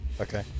Okay